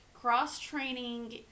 cross-training